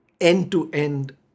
end-to-end